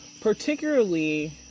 particularly